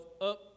up